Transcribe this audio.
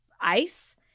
ice